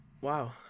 wow